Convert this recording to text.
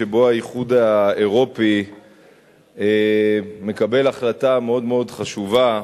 שבו האיחוד האירופי מקבל החלטה מאוד מאוד חשובה,